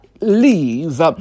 leave